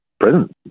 present